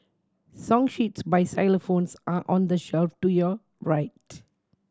song sheets by xylophones are on the shelf to your right